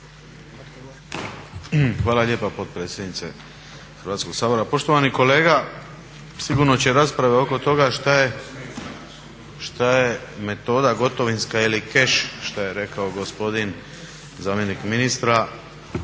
Hvala lijepa potpredsjednice Hrvatskog sabora. Poštovani kolega sigurno će rasprave oko toga šta je metoda gotovinska ili keš što je rekao gospodin zamjenik ministra